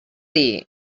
dir